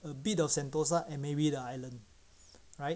a bit of sentosa and maybe the island right